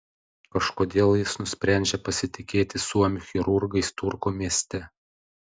kažkodėl jis nusprendžia pasitikėti suomių chirurgais turku mieste